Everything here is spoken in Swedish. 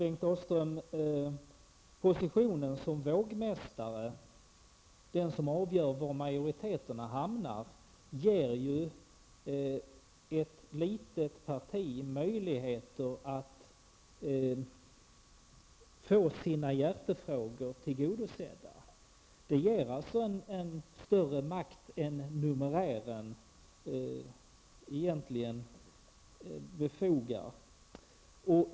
Herr talman! Positionen som vågmästare, Bengt Dalström, som avgör var majoriteterna hamnar, ger ett litet parti möjligheter att få sina hjärtefrågor tillgodosedda. Det ger alltså en större makt än vad numerären egentligen visar.